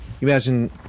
Imagine